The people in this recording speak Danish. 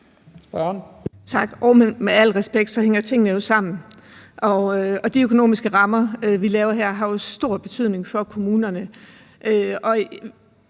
Med al respekt hænger tingene jo sammen, og de økonomiske rammer, vi laver her, har jo stor betydning for kommunerne.